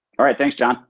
all right. thanks, john